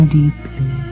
deeply